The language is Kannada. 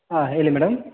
ಹಾಂ ಹೇಳಿ ಮೇಡಮ್